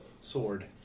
sword